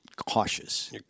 Cautious